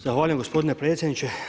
Zahvaljujem gospodine predsjedniče.